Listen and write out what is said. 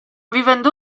vivendo